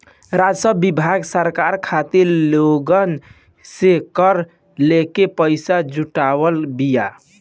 राजस्व विभाग सरकार खातिर लोगन से कर लेके पईसा जुटावत बिया